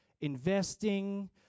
investing